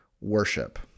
worship